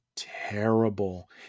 terrible